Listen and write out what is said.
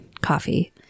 coffee